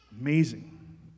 Amazing